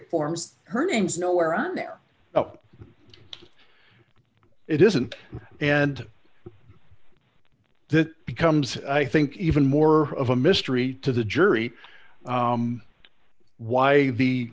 form her name's nowhere on there it isn't and that becomes i think even more of a mystery to the jury why the